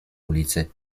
ulicy